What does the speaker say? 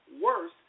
worse